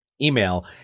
email